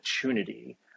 opportunity